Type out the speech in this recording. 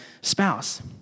spouse